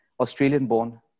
Australian-born